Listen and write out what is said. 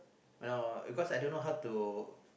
I know because I don't know how to